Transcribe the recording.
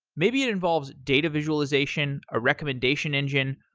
maybe it involves data visualization, a recommendation engine,